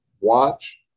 watch